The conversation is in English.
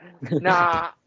Nah